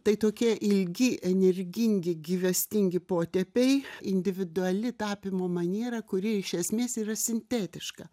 tai tokie ilgi energingi gyvastingi potepiai individuali tapymo maniera kuri iš esmės yra sintetiška